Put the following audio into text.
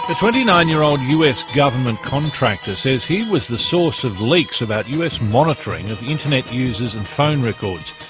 but twenty nine year old us government contractor says he was the source of leaks about us monitoring of internet users and phone records.